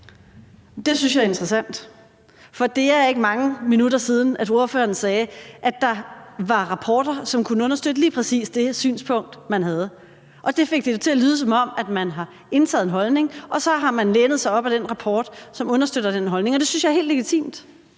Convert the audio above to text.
Det synes jeg er interessant, for det er ikke mange minutter siden, at ordføreren sagde, at der var rapporter, som kunne understøtte lige præcis det synspunkt, man havde, og det fik det jo til at lyde, som om man har indtaget en holdning, og så har man lænet sig op ad den rapport, som understøtter den holdning. Det synes jeg er helt legitimt